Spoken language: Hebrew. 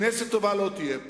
כנסת טובה לא תהיה פה.